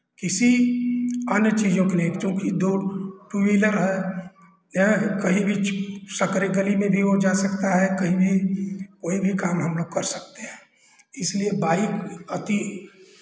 किसी अन्य चीज़ों के लिए चूंकि दो टू व्हीलर है या कहीं भी संकरे गली में भी वो जा सकता है कहीं भी कोई भी काम हम लोग कर सकते हैं इसलिए बाइक अति